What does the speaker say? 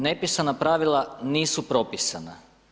Nepisana pravila nisu propisana.